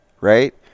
right